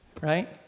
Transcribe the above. right